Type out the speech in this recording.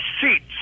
seats